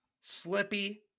Slippy